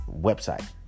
website